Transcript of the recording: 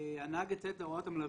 הנהג יציית להוראות המלווה.